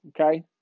okay